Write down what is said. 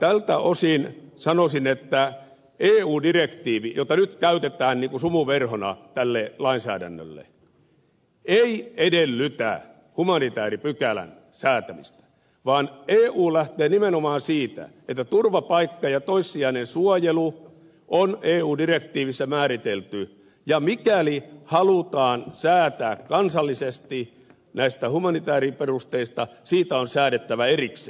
tältä osin sanoisin että eu direktiivi jota nyt käytetään ikään kuin sumuverhona tälle lainsäädännölle ei edellytä humanitaaripykälän säätämistä vaan eu lähtee nimenomaan siitä että turvapaikka ja toissijainen suojelu on eu direktiivissä määritelty ja mikäli halutaan säätää kansallisesti näistä humanitaariperusteista siitä on säädettävä erikseen